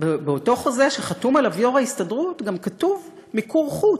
באותו חוזה שחתום עליו יו"ר ההסתדרות גם כתוב: "מיקור חוץ".